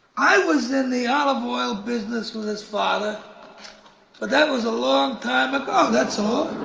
i was in the olive oil business with his father, but that was a long time ago. that's all